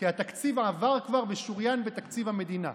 כי התקציב כבר עבר ושוריין בתקציב המדינה.